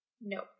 No